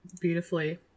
beautifully